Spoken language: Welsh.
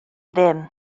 ddim